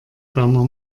berner